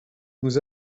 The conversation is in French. nous